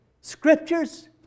scriptures